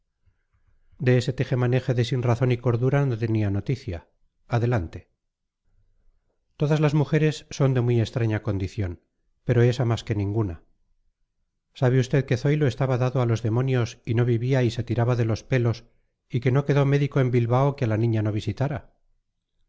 de ese tejemaneje de sinrazón y cordura no tenía noticia adelante todas las mujeres son de muy extraña condición pero esa más que ninguna sabe usted que zoilo estaba dado a los demonios y no vivía y se tiraba de los pelos y que no quedó médico en bilbao que a la niña no visitara